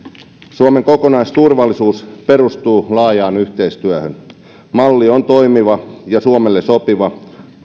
suomen kokonaisturvallisuus perustuu laajaan yhteistyöhön malli on toimiva ja suomelle sopiva